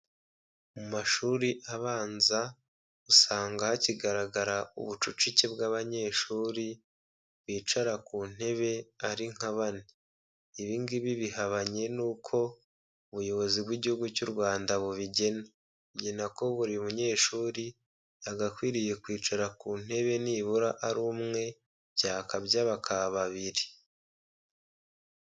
Mu mashuri abanza usanga hakigaragara ubucucike bw'abanyeshuri bicara ku ntebe ari nka bane, ibi ngibi bihabanye n'uko ubuyobozi bw'igihugu cy'u Rwanda bubigena, bugena ko buri munyeshuri yagakwiriye kwicara ku ntebe nibura ari umwe, byakabya bakaba babiri.